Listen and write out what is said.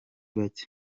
bake